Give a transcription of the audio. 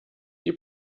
die